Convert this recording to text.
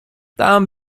tam